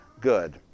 good